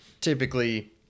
typically